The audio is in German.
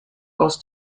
aus